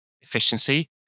efficiency